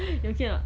you okay not